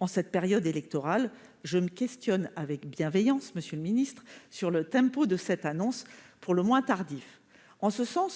En cette période électorale, je m'interroge avec bienveillance, monsieur le ministre, sur le tempo de cette annonce pour le moins tardive.